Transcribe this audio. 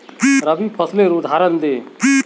रवि फसलेर उदहारण दे?